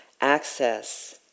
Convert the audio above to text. access